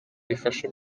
rifasha